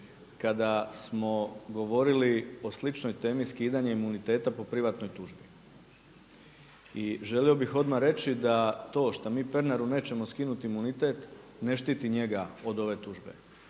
kada smo govorili o sličnoj temi skidanja imuniteta po privatnoj tužbi. I želio bih odmah reći da to što mi Pernaru nećemo skinuti imunitet ne štiti njega od ove tužbe,